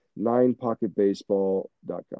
ninepocketbaseball.com